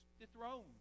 dethroned